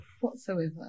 whatsoever